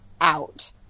out